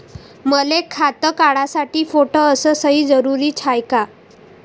मले खातं काढासाठी फोटो अस सयी जरुरीची हाय का?